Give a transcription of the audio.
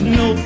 no